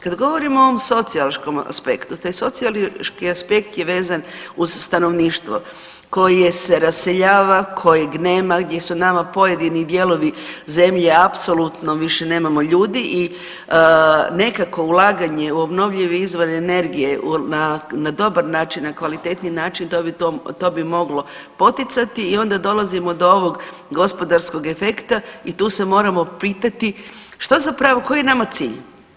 Kad govorimo o ovom sociološkom aspektu, taj sociološki aspekt je vezan uz stanovništvo koje se raseljava, kojeg nema, gdje su nama pojedini dijelovi zemlje apsolutno više nemamo ljudi i nekakvo ulaganje u obnovljive izvore energije na dobar način, na kvalitetniji način to bi moglo poticati i onda dolazimo do ovog gospodarskog efekta i tu se moramo pitati što zapravo, koji je nama cilj?